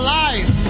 life